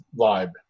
vibe